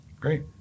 great